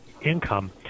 income